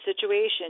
situation